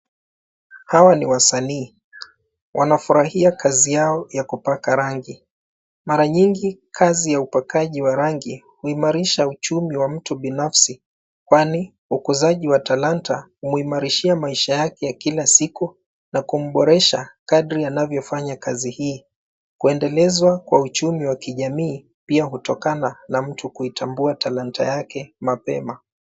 Hawa ni wasanii wanafurahia kazi yao ya kupaka rangi. Mara nyingi kazi ya upakaji wa rangi uimarisha uchumi wa mtu binafsi kwani, ukuzaji wa talanta umarishia maisha yake kila siku na kuboresha kardi anavyofanya kazi hii. Kuendelezwa kwa uchumi wa kijamii pia kutokana na mtu kuitambua talanta yake mapema.